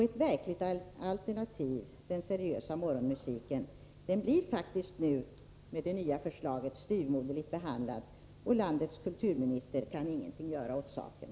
Ett verkligt alternativ, den seriösa morgonmusiken, blir faktiskt styvrmoderligt behandlad genom det nya förslaget. Och landets kulturminister kan ingenting göra åt saken.